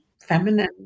Feminine